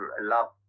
love